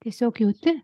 tiesiog jauti